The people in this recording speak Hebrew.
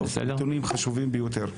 טוב, נתונים חשובים ביותר.